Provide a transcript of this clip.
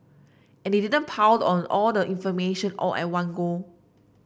and they didn't pile on all the information all at one go